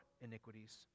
iniquities